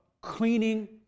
cleaning